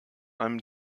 einem